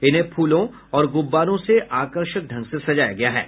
इन्हें फूलों और गुब्बारों से आकर्षक ढंग से सजाया गयाहै